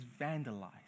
vandalized